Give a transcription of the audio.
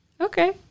Okay